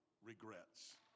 regrets